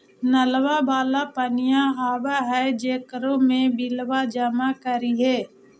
नलवा वाला पनिया आव है जेकरो मे बिलवा जमा करहिऐ?